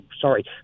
sorry